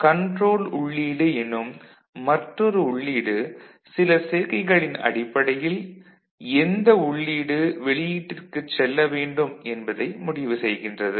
control உள்ளீடு எனும் மற்றொரு உள்ளீடு சில சேர்க்கைகளின் அடிப்படையில் எந்த உள்ளீடு வெளியீட்டிற்குச் செல்ல வேண்டும் என்பதை முடிவு செய்கின்றது